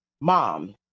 mom